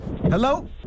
Hello